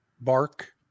bark